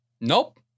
Nope